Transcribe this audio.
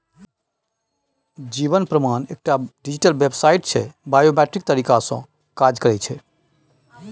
जीबन प्रमाण एकटा digital website छै बायोमेट्रिक तरीका सँ काज करय छै